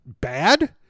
bad